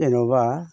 जेन'बा